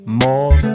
more